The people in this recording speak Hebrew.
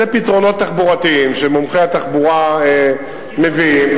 אלה פתרונות תחבורתיים שמומחי התחבורה מביאים,